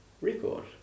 record